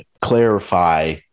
clarify